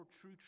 true